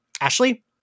Ashley